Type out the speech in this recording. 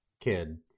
kid